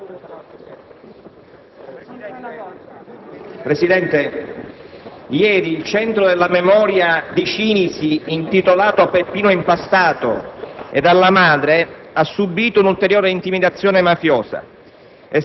Presidente, ieri il Centro della memoria di Cinisi, intitolato a Peppino Impastato e alla madre, ha subito un'ulteriore intimidazione mafiosa: